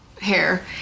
hair